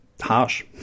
Harsh